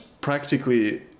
practically